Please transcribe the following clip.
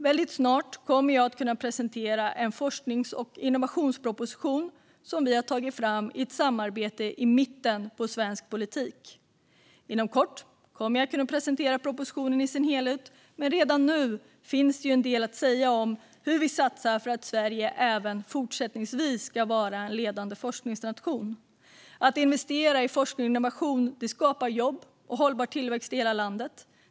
Väldigt snart kommer jag att kunna presentera en forsknings och innovationsproposition som vi har tagit fram i ett samarbete i mitten av svensk politik. Inom kort kommer jag att kunna presentera propositionen i dess helhet, men redan nu finns en del att säga om hur vi satsar för att Sverige även fortsättningsvis ska vara en ledande forskningsnation Att investera i forskning och innovation skapar jobb och hållbar tillväxt i hela landet.